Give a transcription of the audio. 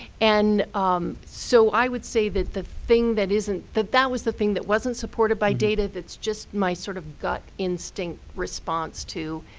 and so i would say that the thing that isn't that that was the thing that wasn't supported by data, that's just my sort of gut instinct response to,